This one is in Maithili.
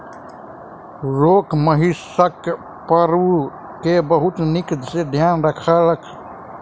लोक महिषक पड़रू के बहुत नीक ध्यान रखलक